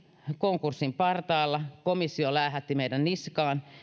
konkurssin partaalla komissio läähätti meidän niskaan